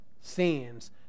sins